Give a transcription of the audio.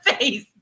face